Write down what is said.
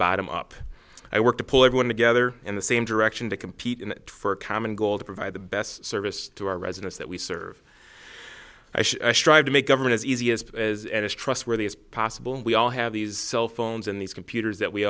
bottom up i work to pull everyone together in the same direction to compete for a common goal to provide the best service to our residents that we serve i strive to make government as easy as it is and as trustworthy as possible and we all have these cell phones in these computers that we